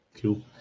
Cool